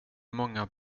många